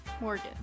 Morgan